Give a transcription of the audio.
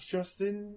Justin